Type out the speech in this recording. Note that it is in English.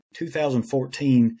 2014